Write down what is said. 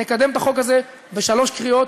נקדם את החוק הזה בשלוש קריאות,